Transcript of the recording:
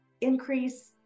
increase